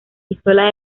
pistolas